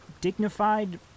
dignified